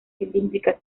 cilíndricas